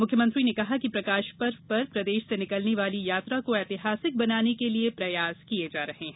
मुख्यमंत्री ने कहा कि प्रकाश पर्व पर प्रदेश से निकलने वाली यात्रा को ऐतिहासिक बनाने के लिए प्रयास किये जा रहे हैं